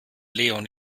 leon